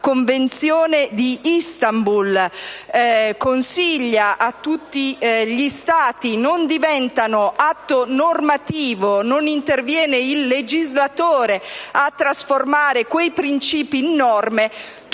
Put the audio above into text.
Convenzione di Istanbul consiglia a tutti gli Stati - non diventano atto normativo e non interviene il legislatore a trasformarli in norme,